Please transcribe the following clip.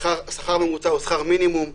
השכר הממוצע הוא שכר מינימום.